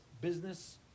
business